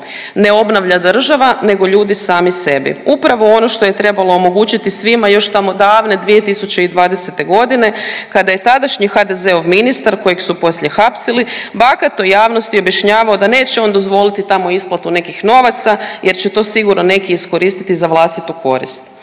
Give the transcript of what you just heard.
Ne obnavlja država nego ljudi sami sebi. Upravo ono što je trebalo omogućiti svima još tamo davne 2020. godine kada je tadašnji HDZ-ov ministar kojeg su poslije hapsili bahato javnosti objašnjavao da neće on dozvoliti tamo isplatu nekih novaca jer će to sigurno neki iskoristiti za vlastitu korist.